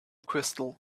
crystal